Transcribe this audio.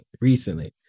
recently